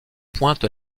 pointe